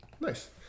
Nice